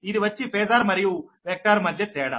ఇది వచ్చి ఫేజార్ మరియు వెక్టర్ మధ్య తేడా